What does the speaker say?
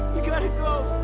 we gotta go,